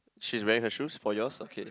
she's wearing her shoes for yours okay